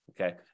Okay